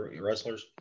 wrestlers